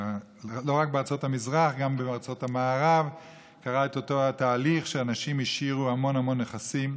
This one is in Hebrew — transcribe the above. גם בארצות המערב קרה אותו התהליך שאנשים השאירו המון המון נכסים.